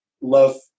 love